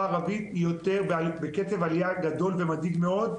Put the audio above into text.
הערבית היא בקצב עלייה גדול ומדאיג מאוד,